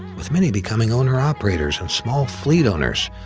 with many becoming owner-operators and small fleet owners,